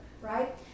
right